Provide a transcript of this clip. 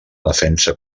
defensa